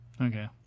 Okay